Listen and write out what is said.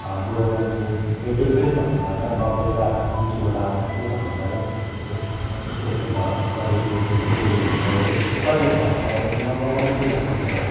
बुढो मान्छेले केही पनि भन्नु भएन म बेलुका ड्युटीबाट आउँदाखेरि भन्नुभयो यस्तो यस्तो यस्तो यस्तो भयो गऱ्यो त्यो डेली डेलिभरी बोयले कसले मगाएको अबदेखि नमगाउनु त्यो मान्छेकोबाट